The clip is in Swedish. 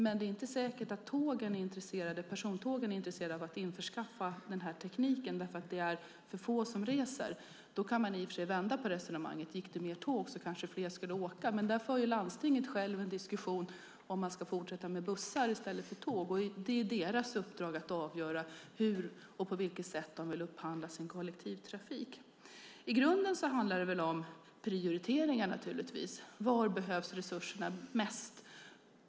Men det är inte säkert att de som kör persontågen är intresserade av att införskaffa den här tekniken därför att det är för få som reser. I och för sig kan man vända på resonemanget: Gick det fler tåg kanske fler skulle åka. Där för landstinget självt en diskussion om man ska fortsätta med bussar i stället för tåg. Det är deras uppdrag att avgöra hur och på vilket sätt de vill upphandla sin kollektivtrafik. I grunden handlar det naturligtvis om prioriteringar. Var behövs resurserna mest?